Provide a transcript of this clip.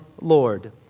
Lord